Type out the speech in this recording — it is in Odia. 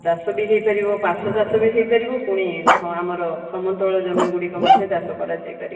ଚାଷ ବି ହେଇପାରିବ ମାଛଚାଷ ବି ହେଇପାରିବ ପୁଣି ଆମର ସମତଳ ଜମି ଗୁଡ଼ିକ ମଧ୍ୟ ଚାଷ କରାଯାଇପାରିବ